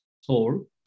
soul